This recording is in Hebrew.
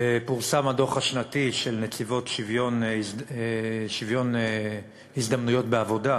הוצג הדוח השנתי של נציבות שוויון הזדמנויות בעבודה.